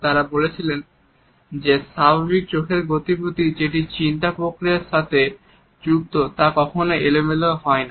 তারা বলেন যে স্বাভাবিক চোখের গতিবিধি যেটি চিন্তা প্রক্রিয়ার সাথে যুক্ত তা কখনোই এলোমেলো হয় না